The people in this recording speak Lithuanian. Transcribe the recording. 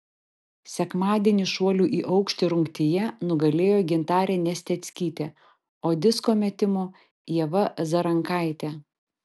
sekmadienį šuolių į aukštį rungtyje nugalėjo gintarė nesteckytė o disko metimo ieva zarankaitė